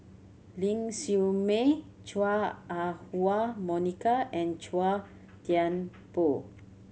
Ling Siew May Chua Ah Huwa Monica and Chua Thian Poh